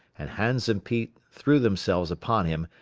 and hans and pete threw themselves upon him,